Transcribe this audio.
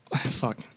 Fuck